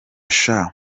sha